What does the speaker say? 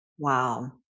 Wow